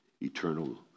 eternal